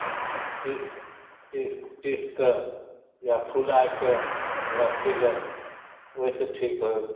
पी पीस पीसिके या फुलैके ओकरा पिलक ओहिसे ठीक होल